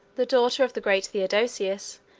the daughter of the great theodosius,